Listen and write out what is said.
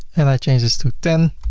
and i change this to ten,